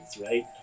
right